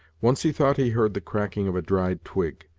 once he thought he heard the cracking of a dried twig,